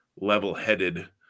level-headed